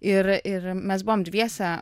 ir ir mes buvom dviese